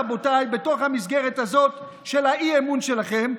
רבותיי: בתוך המסגרת הזאת של האי-אמון שלכם,